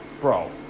bro